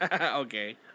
Okay